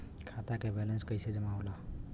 खाता के वैंलेस कइसे जमा होला?